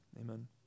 Amen